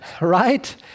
right